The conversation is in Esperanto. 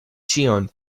ĉion